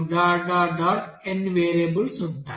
n variables ఉంటాయి